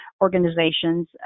organizations